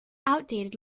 outdated